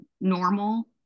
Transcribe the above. normal